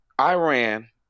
Iran